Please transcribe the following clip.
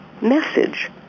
message